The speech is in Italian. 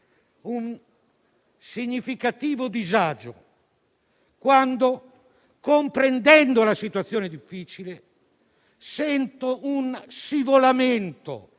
un significativo disagio quando, comprendendo la situazione difficile, sento uno scivolamento